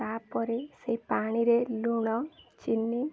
ତା'ପରେ ସେଇ ପାଣିରେ ଲୁଣ ଚିନି